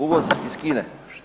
Uvoz iz Kine.